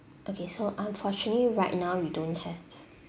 okay so unfortunately right now you don't have